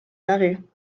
barrer